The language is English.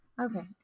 Okay